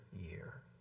year